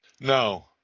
No